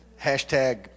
Hashtag